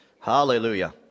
Hallelujah